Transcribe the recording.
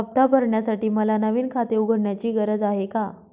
हफ्ता भरण्यासाठी मला नवीन खाते उघडण्याची गरज आहे का?